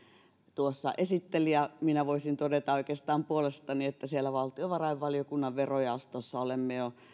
tuossa esitteli minä voisin oikeastaan todeta puolestani että valtiovarainvaliokunnan verojaostossa olemme jo